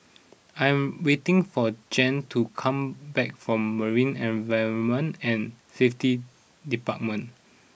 I am waiting for Jan to come back from Marine Environment and Safety Department